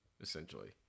essentially